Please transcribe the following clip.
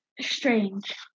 Strange